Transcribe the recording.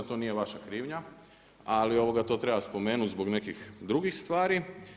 To nije vaša krivnja, ali to treba spomenuti zbog nekih drugih stvari.